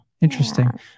Interesting